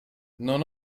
non